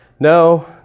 no